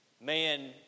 man